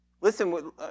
Listen